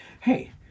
Hey